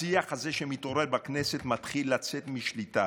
השיח הזה שמתעורר בכנסת מתחיל לצאת משליטה.